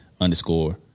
underscore